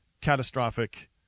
catastrophic